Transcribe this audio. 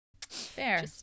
Fair